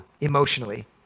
emotionally